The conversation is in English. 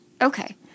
Okay